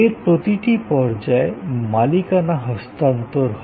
এর প্রতিটি পর্যায়ে মালিকানা হস্তান্তর হয়